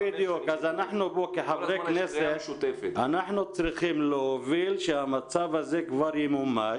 אז אנחנו כחברי כנסת צריכים להוביל שהמצב הזה כבר ימומש